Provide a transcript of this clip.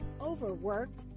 Overworked